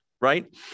right